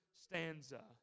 stanza